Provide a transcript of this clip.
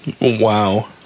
wow